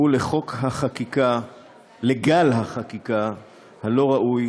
והוא גל החקיקה הלא-ראוי